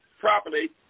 properly